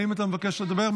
האם אתה מבקש לדבר?